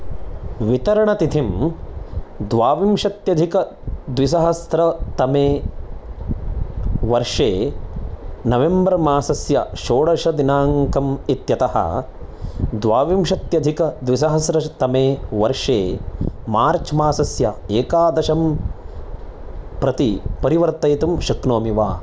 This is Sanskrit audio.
वितरणतिथिं द्वाविंशत्यधिक द्विसहस्रतमे वर्षे नवेम्बर् मासस्य षोडशदिनाङ्कं इत्यतः द्वाविंशत्यधिकद्विसहस्रतमे वर्षे मार्च् मासस्य एकादशम् प्रति परिवर्तयितुं शक्नोमि वा